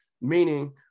meaning